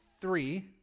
three